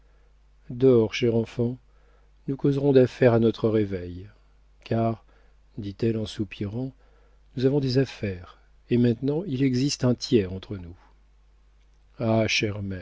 dors chère enfant nous causerons d'affaires à notre réveil car dit-elle en soupirant nous avons des affaires et maintenant il existe un tiers entre nous ah